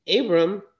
Abram